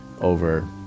Over